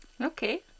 Okay